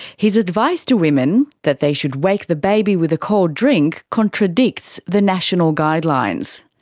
his advice to women that they should wake the baby with a cold drink contradicts the national guidelines.